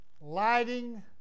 lighting